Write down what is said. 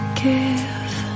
give